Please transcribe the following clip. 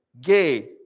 gay